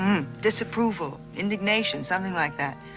disapproval. indignation. something like that.